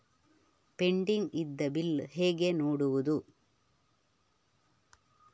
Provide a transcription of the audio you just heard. Pending ಇದ್ದ bill ಹೇಗೆ ನೋಡುವುದು?